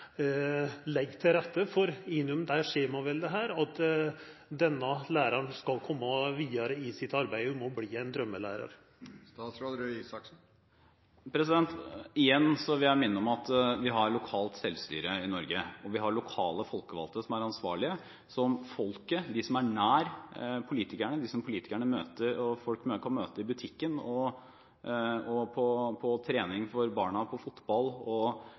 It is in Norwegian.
at denne læreren skal komme videre i sitt arbeid og bli en drømmelærer? Igjen vil jeg minne om at vi har lokalt selvstyre i Norge. Vi har lokale folkevalgte – politikere som folk kan møte i butikken, på barnas fotballtrening, på speideren – som er ansvarlige for disse delene av politikken i kommunen. Det er et prinsipp som